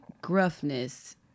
gruffness